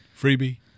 Freebie